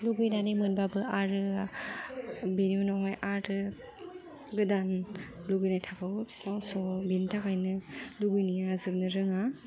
लुगैनानै मोनबाबो आरो बेनि उनावहाय आरो गोदान लुगैनाय थाबावो बिसिनाव स' बेनि थाखायनो लुगैनाया जोबनो रोङा